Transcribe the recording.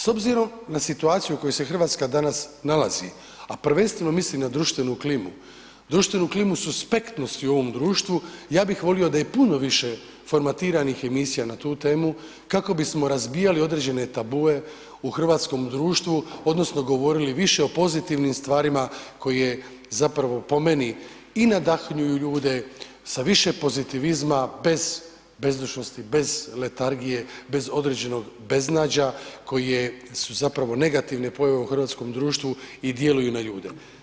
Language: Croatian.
S obzirom na situaciju u kojoj se RH danas nalazi, a prvenstveno mislim na društvenu klimu, društvenu klimu suspektnosti u ovom društvu, ja bih volio da je puno više formatiranih emisija na tu temu, kako bismo razbijali određene tabue u hrvatskom društvu odnosno govorili više o pozitivnim stvarima koji je zapravo po meni i nadahnjuje ljude sa više pozitivizma bez bezdušnosti, bez letargije, bez određenog beznađa koje su zapravo negativne pojave u hrvatskom društvu i djeluju na ljude.